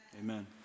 Amen